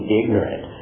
ignorant